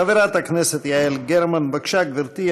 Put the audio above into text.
חברת הכנסת יעל גרמן, בבקשה, גברתי.